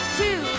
two